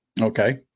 Okay